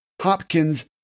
Hopkins